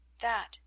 that